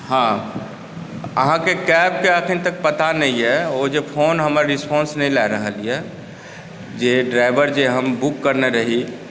हँ अहाँके कैबके एखन तक पता नहि यऽ ओ जे फोन हमर रिस्पांस नहि लए रहल यऽ जे ड्राइवर जे हम बुक करने रही